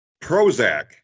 Prozac